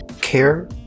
care